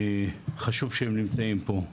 חשוב שהם נמצאים פה.